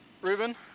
Ruben